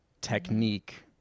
technique